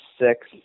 six